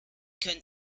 können